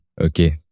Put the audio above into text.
Okay